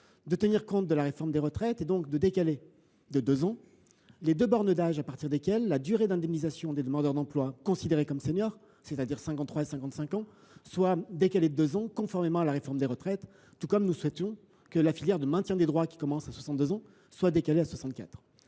de tenir compte de la réforme des retraites et de modifier les deux bornes d’âge à partir desquelles la durée d’indemnisation des demandeurs d’emploi considérés comme des seniors, c’est à dire 53 ans et 55 ans, sera décalée de deux ans, conformément à la réforme des retraites. De même, nous souhaitions que la filière de maintien des droits, qui commencent à 62 ans, soit décalée à 64 ans.